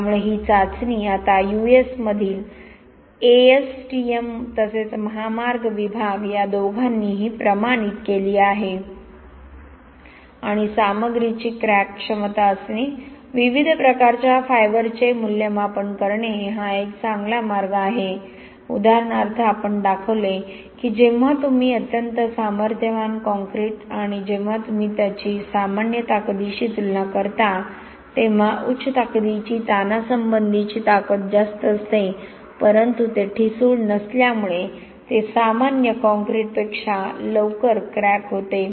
त्यामुळे ही चाचणी आता यूएस मधील एएसटीएम तसेच महामार्ग विभाग या दोघांनीही प्रमाणित केली आहे आणि सामग्रीची क्रॅक क्षमता असणे विविध प्रकारच्या फायबरचे मूल्यमापन करणे हा एक चांगला मार्ग आहे उदाहरणार्थ आपण दाखवले की जेव्हा तुम्ही अत्यंत सामर्थ्यवान कंक्रीट आणि जेव्हा तुम्ही त्याची सामान्य ताकदीशी तुलना करता तेव्हा उच्च ताकदीची ताणासंबंधीची ताकद जास्त असते परंतु ते ठिसूळ नसल्यामुळे ते सामान्य कॉंक्रिटपेक्षा लवकर क्रॅक होते